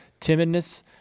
timidness